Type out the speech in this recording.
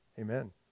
Amen